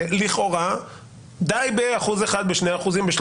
לכאורה די בהוספה של 1%, 2% או 3%,